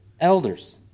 elders